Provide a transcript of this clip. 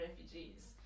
refugees